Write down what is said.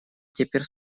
теперь